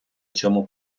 цьому